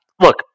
look